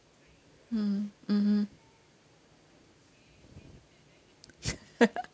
mm mmhmm